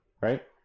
right